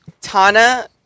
Tana